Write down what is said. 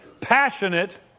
Passionate